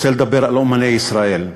רוצה לדבר על אמני ישראל.